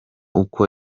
uko